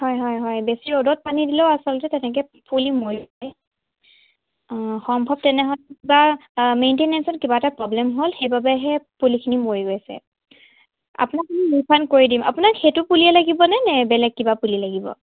হয় হয় হয় বেছি ৰ'দত পানী দিলেও আচলতে তেনেকৈ পুলি মৰি যায় সম্ভৱ তেনেহ'লে কিবা মেইনটেনেঞ্চত কিবা এটা প্ৰব্লেম হ'ল সেইবাবেহে পুলিখিনি মৰি গৈছে আপোনাক ৰিফাণ্ড কৰি দিম আপোনাক সেইটো পুলিয়ে লাগিবনে নে বেলেগ কিবা পুলি লাগিব